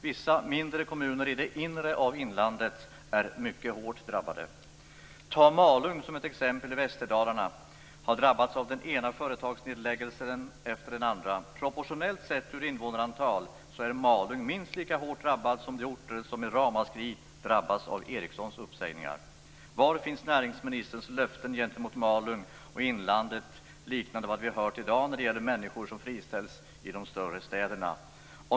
Vissa mindre kommuner i det inre av inlandet är mycket hårt drabbade. Ta Malung i Västerdalarna som exempel! Orten har drabbats av den ena företagsnedläggningen efter den andra. Proportionellt sett, om man tittar på invånarantal, är Malung minst lika hårt drabbat som de orter som med ett ramaskri drabbas av Erikssons uppsägningar. Malung och inlandet, liknande det vi har hört i dag när det gäller människor som friställs i de större städerna?